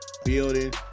Building